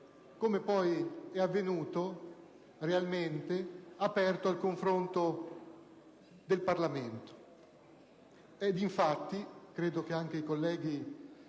come poi è avvenuto realmente - aperto al confronto in Parlamento. Infatti - e credo che anche i colleghi